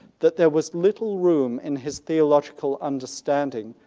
that there was little room in his theological understanding,